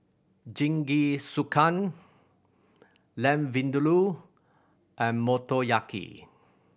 Jingisukan Lamb Vindaloo and Motoyaki